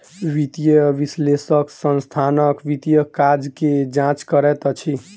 वित्तीय विश्लेषक संस्थानक वित्तीय काज के जांच करैत अछि